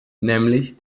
nämlich